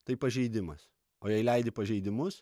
tai pažeidimas o jei leidi pažeidimus